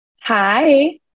Hi